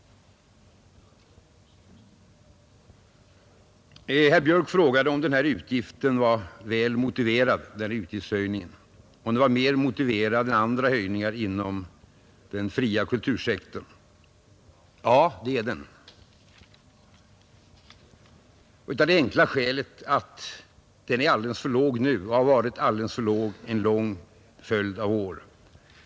Herr Björk frågade om den här utgiftshöjningen var mer motiverad än andra höjningar inom den fria kultursektorn. Ja, det är den av det enkla skälet att ersättningen är alldeles för låg nu och har varit alldeles för låg under en lång följd av år.